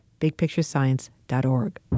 bigpicturescience.org